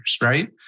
right